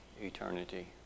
eternity